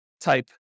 type